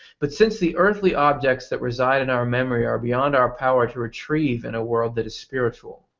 but since the earthly objects that reside in our memory are beyond our power to retrieve in a world that is spiritual,